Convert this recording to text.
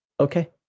Okay